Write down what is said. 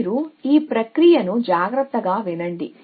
మీరు ఈ ప్రక్రియను జాగ్రత్తగా వినండి